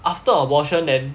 after abortion then